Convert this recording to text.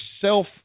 self